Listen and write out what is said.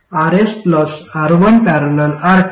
तर C11ωRSR1।।R2